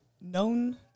known